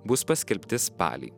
bus paskelbti spalį